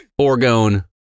orgone